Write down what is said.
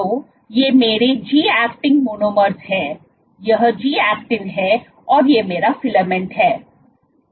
तो ये मेरे जी एक्टिन मोनोमर्स हैं यह जी एक्टिन है और यह मेरा फिलामेंट है